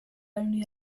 only